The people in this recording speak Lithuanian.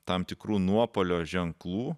tam tikrų nuopuolio ženklų